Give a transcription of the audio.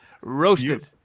Roasted